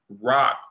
rock